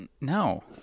No